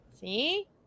See